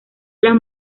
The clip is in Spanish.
las